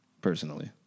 personally